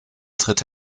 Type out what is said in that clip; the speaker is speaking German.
tritt